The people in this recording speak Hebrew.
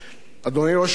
אדוני ראש הממשלה,